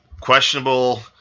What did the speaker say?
Questionable